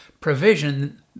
provision